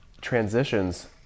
transitions